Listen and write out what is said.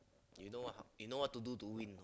you know what you know what to do to win